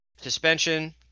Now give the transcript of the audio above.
Suspension